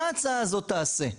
מה ההצעה הזאת תעשה,